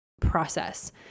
process